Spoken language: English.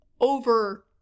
over